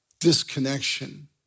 disconnection